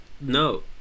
no